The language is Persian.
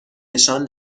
نشان